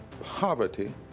poverty